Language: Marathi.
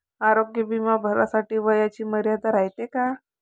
आरोग्य बिमा भरासाठी वयाची मर्यादा रायते काय?